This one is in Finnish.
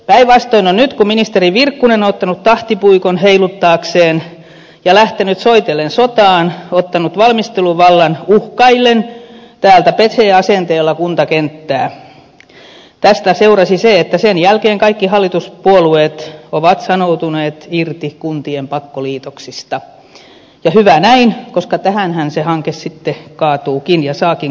päinvastoin nyt kun ministeri virkkunen on ottanut tahtipuikon heiluttaakseen ja lähtenyt soitellen sotaan ottanut valmisteluvallan uhkaillen täältä pesee asenteella kuntakenttää tästä seurasi se että sen jälkeen kaikki hallituspuolueet ovat sanoutuneet irti kuntien pakkoliitoksista ja hyvä näin koska tähänhän se hanke sitten kaatuukin ja saakin kaatua